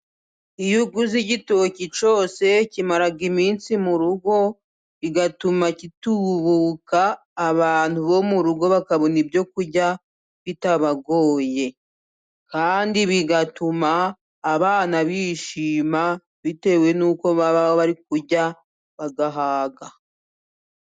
Iyo uguze igitoki cyose kimara iminsi mu rugo bigatuma gitubuka, abantu bo mu rugo bakabona ibyo kurya bitabagoye kandi bigatuma abana bishima bitewe n'uko baba bari kurya bagahaga.